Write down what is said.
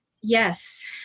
Yes